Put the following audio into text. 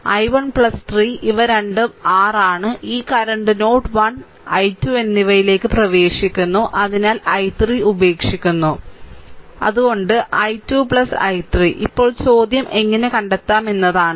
i1 3 ഇവ രണ്ടും r ആണ് ഈ കറന്റ് നോഡ് 1 i2 എന്നിവയിലേക്ക് പ്രവേശിക്കുന്നു അതിനാൽ i3 ഉപേക്ഷിക്കുന്നു i2 i3 ഇപ്പോൾ ചോദ്യം എങ്ങനെ കണ്ടെത്താം എന്നതാണ്